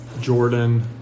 Jordan